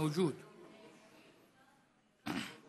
מווג'וד, מווג'וד, מווג'וד.